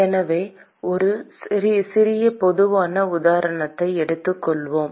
எனவே ஒரு சிறிய பொதுவான உதாரணத்தை எடுத்துக் கொள்வோம்